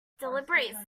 deliberate